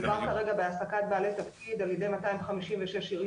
מדובר כרגע בהעסקת בעלי תפקיד על ידי 256 עיריות,